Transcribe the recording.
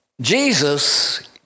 Jesus